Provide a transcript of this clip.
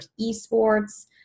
esports